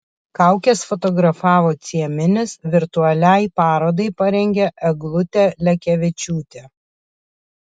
kaukes fotografavo cieminis virtualiai parodai parengė eglutė lekevičiūtė